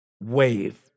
wave